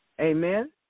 Amen